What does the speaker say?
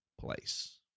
place